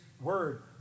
Word